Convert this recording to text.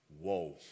whoa